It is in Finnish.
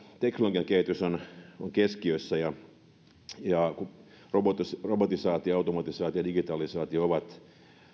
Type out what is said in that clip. teknologian kehitys on on keskiössä ja robotisaatio automatisaatio ja digitalisaatio ovat